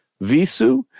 Visu